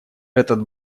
этот